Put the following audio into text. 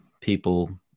people